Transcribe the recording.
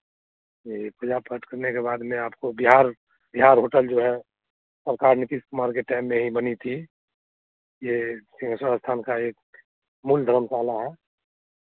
ये पूजा पाठ करने के बाद में आपको बिहार बिहार होटल जो है सरकार नितीश कुमार के टाइम में ही बनी थी ये सिंहेश्वर स्थान का एक मूल धर्मशाला है